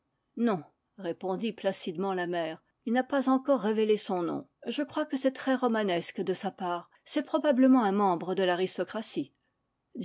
répondit placidement la mer il n a pas encore révélé son nom je crois que c'est très romanesque de sa part c'est probablement un membre de l'aristocratie